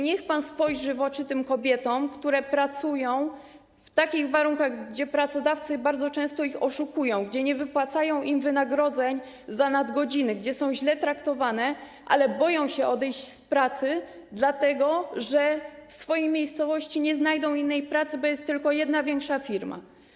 Niech pan spojrzy w oczy kobietom, które pracują w takich warunkach, gdy pracodawcy bardzo często je oszukują, gdy nie wypłacają im wynagrodzeń za nadgodziny, gdy są źle traktowane, ale boją się odejść z pracy, gdyż w swojej miejscowości nie znajdą innej pracy, bo jest tylko jedna większa firma.